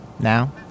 Now